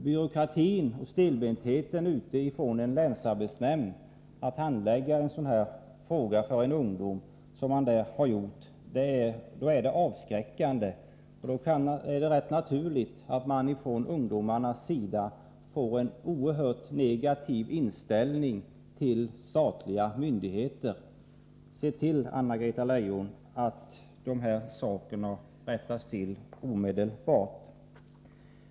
Byråkratin och stelbentheten hos en länsarbetsnämnd vid handläggningen av en sådan här fråga för en ungdom är avskräckande. Då är det rätt naturligt att man från ungdomarnas sida får en negativ inställning till statliga myndigheter. Se till, Anna-Greta Leijon, att de här sakerna rättas till omedelbart!